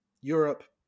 Europe